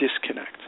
disconnect